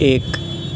ایک